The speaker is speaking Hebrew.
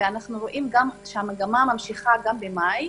ואנחנו רואים שהמגמה ממשיכה במאי.